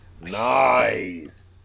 nice